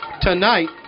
tonight